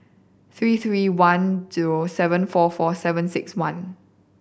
three three one zero seven four four seven six one